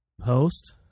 post